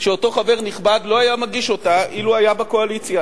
שאותו חבר נכבד לא היה מגיש אותה אילו היה בקואליציה.